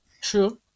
True